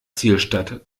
zielstadt